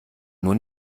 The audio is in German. nur